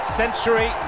century